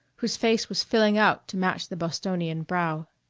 whose face was filling out to match the bostonian brow.